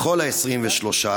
לכל ה-23.